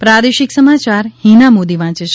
પ્રાદેશિક સમાચાર હિના મોદી વાંચે છે